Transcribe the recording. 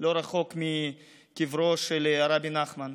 לא רחוק מקברו של הרבי נחמן.